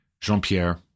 Jean-Pierre